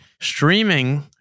streaming